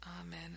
Amen